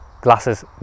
glasses